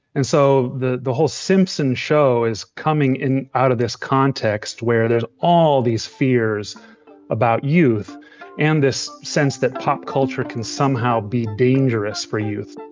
and so the the whole simpson show is coming out of this context where there's all these fears about youth and this sense that pop culture can somehow be dangerous for youth